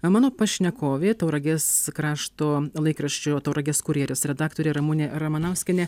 mano pašnekovė tauragės krašto laikraščio tauragės kurjeris redaktorė ramunė ramanauskienė